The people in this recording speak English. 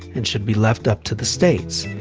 and should be left up to the states.